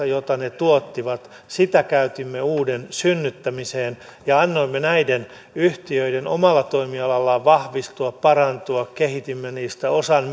jota ne tuottivat käytimme uuden synnyttämiseen ja annoimme näiden yhtiöiden omalla toimialallaan vahvistua parantua kehitimme niitä osan